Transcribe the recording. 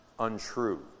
Untrue